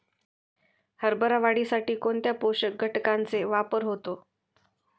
हरभरा वाढीसाठी कोणत्या पोषक घटकांचे वापर होतो?